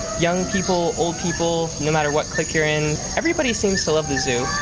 young people, old people, no matter what clique you're in, everybody seems to love the zoo.